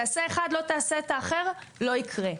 תעשה אחד לא תעשה את האחר, לא יקרה.